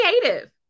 creative